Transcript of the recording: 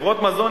חברות מזון.